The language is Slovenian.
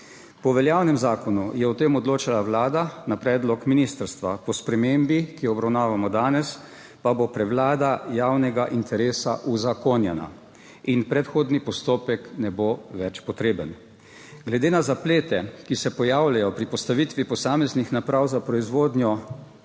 Po veljavnem zakonu je o tem odločala Vlada na predlog ministrstva, po spremembi, ki jo obravnavamo danes, pa bo prevlada javnega interesa uzakonjena in predhodni postopek ne bo več potreben. Glede na zaplete, ki se pojavljajo pri postavitvi posameznih naprav za proizvodnjo